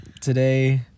today